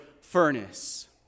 furnace